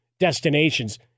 destinations